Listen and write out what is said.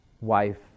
wife